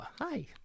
Hi